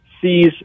Sees